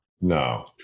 No